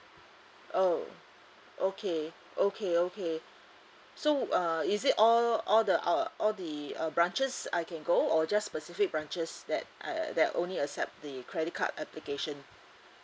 oh okay okay okay so uh is it all all the ou~ all the uh branches I can go or just specific branches that uh that only accept the credit card application